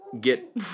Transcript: get